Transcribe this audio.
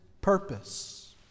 purpose